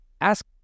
ask